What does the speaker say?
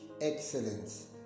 excellence